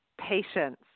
Patience